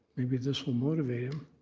maybe this will motivate him,